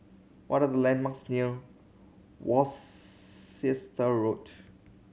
what are the landmarks near Worcester Road